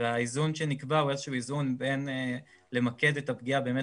והאיזון שנקבע הוא איזון בין למקד את הפגיעה באמת